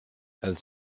elle